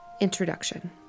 Introduction